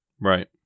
Right